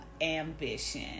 Ambition